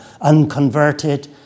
unconverted